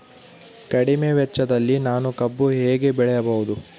ಕಡಿಮೆ ವೆಚ್ಚದಲ್ಲಿ ನಾನು ಕಬ್ಬು ಹೇಗೆ ಬೆಳೆಯಬಹುದು?